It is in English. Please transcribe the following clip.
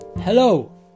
Hello